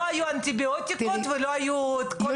כשלא היו אנטיביוטיקות ולא היה את כל הדברים האלה,